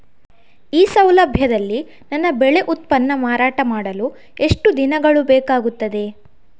ಈ ಸೌಲಭ್ಯದಲ್ಲಿ ನನ್ನ ಬೆಳೆ ಉತ್ಪನ್ನ ಮಾರಾಟ ಮಾಡಲು ಎಷ್ಟು ದಿನಗಳು ಬೇಕಾಗುತ್ತದೆ?